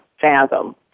fathom